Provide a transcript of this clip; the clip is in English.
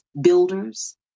builders